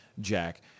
Jack